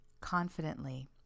confidently